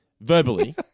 verbally